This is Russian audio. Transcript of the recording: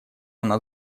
она